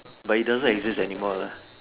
but it doesn't exist anymore lah